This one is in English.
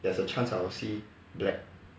there's a chance I will see black